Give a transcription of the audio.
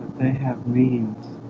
they have means